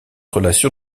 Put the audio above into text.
relation